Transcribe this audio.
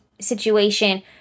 situation